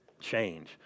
change